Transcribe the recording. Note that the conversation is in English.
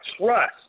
trust